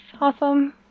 awesome